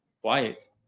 quiet